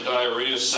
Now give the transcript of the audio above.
Diarrhea